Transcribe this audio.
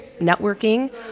networking